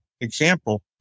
example